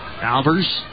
Albers